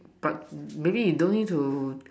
but maybe you don't need to